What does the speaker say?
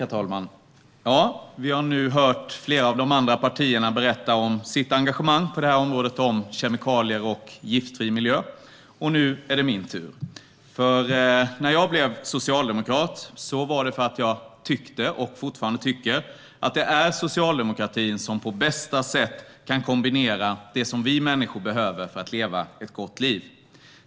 Herr talman! Vi har nu hört flera av de andra partierna berätta om sitt engagemang på det här området, som rör kemikalier och giftfri miljö. Nu är det min tur. Jag blev socialdemokrat för att jag tyckte - och det tycker jag fortfarande - att det är socialdemokratin som på bästa sätt kan kombinera det som vi människor behöver för att leva ett gott liv.